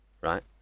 right